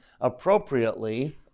appropriately